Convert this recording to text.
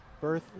birth